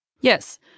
Yes